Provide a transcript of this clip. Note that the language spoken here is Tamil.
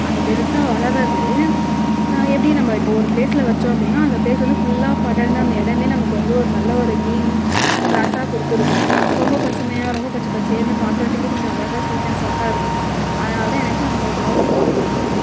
அந்த பெருசாக வளர்றது எப்படி நம்ம இப்போ ஒரு ப்ளேஸில் வைச்சோம் அப்படின்னா அந்த ப்ளேஸ் வந்து ஃபுல்லாக படர்ந்து அந்த இடமே நமக்கு வந்து ஒரு நல்ல ஒரு க்ரீன் கிராஸாக கொடுத்துருக்கோம் ரொம்ப பசுமையாக ரொம்ப பச்சை பச்சேர்னு பார்க்குறதுக்கே கொஞ்சம் அழகாக ஸ்வீட் அண்ட் சாட்டாக இருக்கும் அதனால் தான் எனக்கும் அந்த தாவரம் ரொம்ப பிடிக்கும்